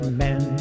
men